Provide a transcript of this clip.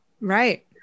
Right